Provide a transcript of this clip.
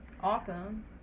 Awesome